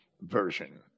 version